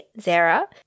Zara